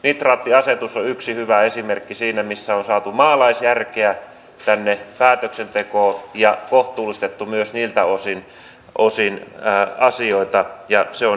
nitraattiasetus on yksi hyvä esimerkki siitä missä on saatu maalaisjärkeä tänne päätöksentekoon ja kohtuullistettu myös niiltä osin asioita ja se on hyvä